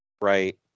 Right